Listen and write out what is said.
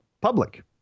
public